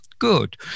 good